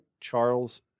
Charles